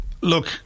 look